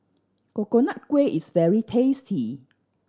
Coconut Kuih is very tasty